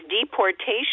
deportation